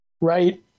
right